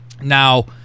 Now